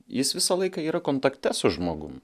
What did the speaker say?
jis visą laiką yra kontakte su žmogum